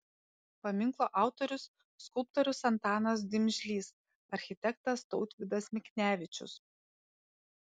paminklo autorius skulptorius antanas dimžlys architektas tautvydas miknevičius